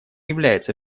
является